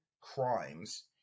crimes